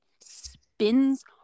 spins